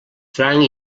franc